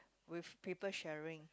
with people sharing